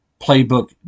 Playbook